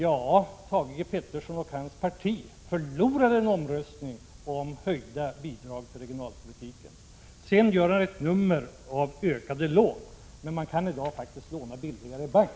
Ja, Thage G. Peterson och hans parti förlorade en omröstning om höjda bidrag till regionalpolitiken. Nu gör han ett nummer av ökade lån. Men man kan i dag faktiskt låna billigare i bank.